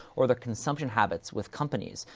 or their consumption habits with companies,